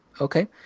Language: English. Okay